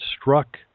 struck